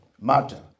matter